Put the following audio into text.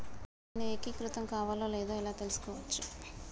నేను ఏకీకృతం కావాలో లేదో ఎలా తెలుసుకోవచ్చు?